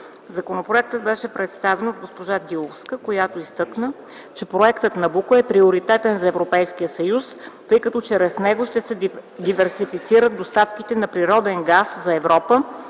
Законопроектът беше представен от госпожа Диловска, която изтъкна, че Проектът „Набуко” е приоритетен за Европейския съюз, тъй като чрез него ще се диверсифицират доставките на природен газ за Европа